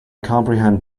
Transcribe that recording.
comprehend